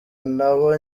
nabo